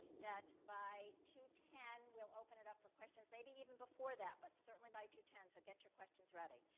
that by two ten we'll open it up for questions. maybe even before that, but certainly by two ten, so get your questions ready.